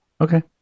Okay